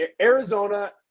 arizona